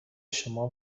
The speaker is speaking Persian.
شما